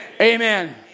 Amen